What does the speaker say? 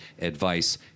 advice